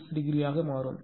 66 ° ஆக மாறும்